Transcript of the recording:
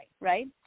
right